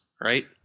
right